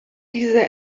diese